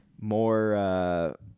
more